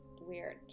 weird